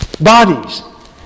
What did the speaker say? bodies